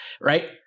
right